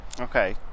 Okay